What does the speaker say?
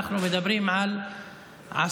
אנחנו מדברים על עשרות,